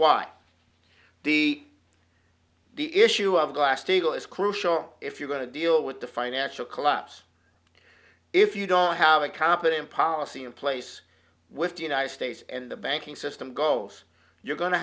why the the issue of glass steagall is crucial if you're going to deal with the financial collapse if you don't have a competent policy in place with the united states and the banking system goals you're go